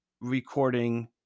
recording